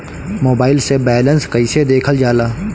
Mobile से balance कइसे देखल जाला?